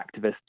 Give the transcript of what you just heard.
activists